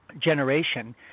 generation